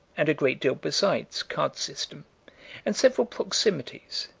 and a great deal besides card system and several proximities,